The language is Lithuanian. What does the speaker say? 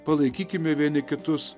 palaikykime vieni kitus